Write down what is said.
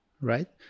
right